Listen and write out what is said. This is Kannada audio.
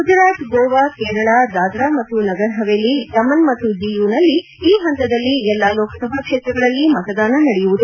ಗುಜರಾತ್ ಗೋವಾ ಕೇರಳ ದಾದಾ ಮತ್ತು ನಗರ್ ಹವೇಲಿ ದಮನ್ ಮತ್ತು ದಿಯುದಲ್ಲಿ ಈ ಹಂತದಲ್ಲಿ ಎಲ್ಲಾ ಲೋಕಸಭಾ ಕ್ಷೇತ್ರಗಳಲ್ಲಿ ಮತದಾನ ನಡೆಯುವುದು